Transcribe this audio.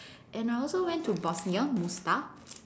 and I also went to Bosnia Mostar